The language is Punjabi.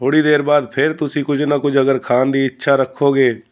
ਥੋੜ੍ਹੀ ਦੇਰ ਬਾਅਦ ਫਿਰ ਤੁਸੀਂ ਕੁਝ ਨਾ ਕੁਝ ਅਗਰ ਖਾਣ ਦੀ ਇੱਛਾ ਰੱਖੋਗੇ